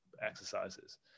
exercises